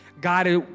God